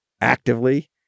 actively